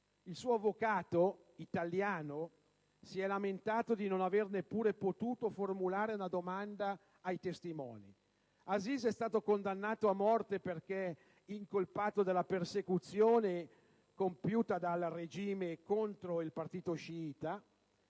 Il suo avvocato italiano si è lamentato di non aver neppure potuto formulare una domanda ai testimoni. Aziz è stato condannato a morte perché incolpato della persecuzione compiuta dal regime contro il partito sciita,